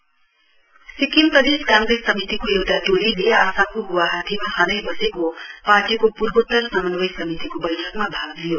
कांग्रेस सिक्किम प्रदेश काँग्रेस समितिको एउटा टेलीले आसामको गुवाहाटीमा हालै बसेको पार्टीको पूर्वोत्तर समन्वय समितिको वैठकमा भाग लियो